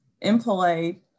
employed